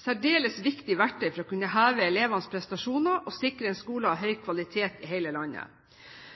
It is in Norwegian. særdeles viktig verktøy for å kunne heve elevenes prestasjoner og sikre en skole av høy kvalitet i hele landet.